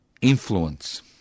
influence